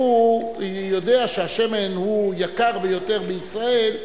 הוא יודע שהשמן יקר ביותר בישראל,